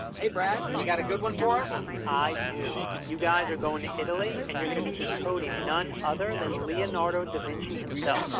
hey, brad. you got a good one for us? meltzer i do. you guys are going to italy, and you're gonna be decoding none other than leonardo da vinci himself.